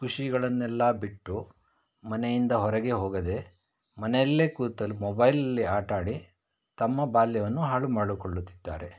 ಖುಷಿಗಳನ್ನೆಲ್ಲ ಬಿಟ್ಟು ಮನೆಯಿಂದ ಹೊರಗೆ ಹೋಗದೆ ಮನೆಯಲ್ಲೇ ಕೂತಲ್ಲಿ ಮೊಬೈಲಲ್ಲಿ ಆಟ ಆಡಿ ತಮ್ಮ ಬಾಲ್ಯವನ್ನು ಹಾಳು ಮಾಡಿಕೊಳ್ಳುತ್ತಿದ್ದಾರೆ